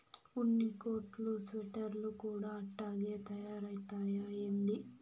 ఉన్ని కోట్లు స్వెటర్లు కూడా అట్టాగే తయారైతయ్యా ఏంది